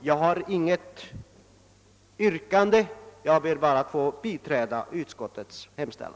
Jag har inget yrkande utöver utskottets hemställan.